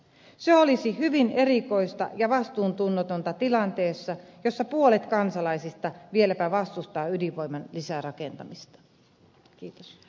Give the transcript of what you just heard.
se olisi hyvin erikoista ja vastuuntunnotonta tilanteessa jossa puolet kansalaisista vieläpä vastustaa ydinvoiman lisärakentamista